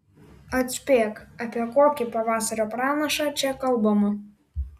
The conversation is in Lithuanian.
atspėk apie kokį pavasario pranašą čia kalbama